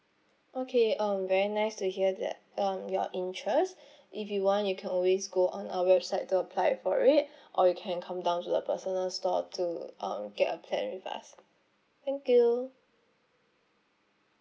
okay um very nice to hear that um your interest if you want you can always go on our website to apply for it or you can come down to the personal store to um get a plan with us thank you